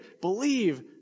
believe